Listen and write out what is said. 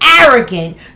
arrogant